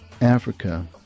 Africa